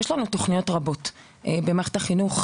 יש לנו תוכניות רבות במערכות החינוך,